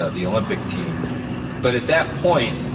ah the olympic team but at that point,